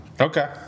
Okay